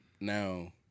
now